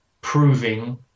proving